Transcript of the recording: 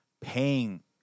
paying